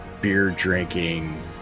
beer-drinking